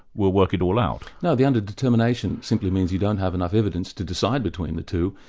we'll work it all out. no, the underdetermination simply means you don't have enough evidence to decide between the two,